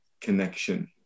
connection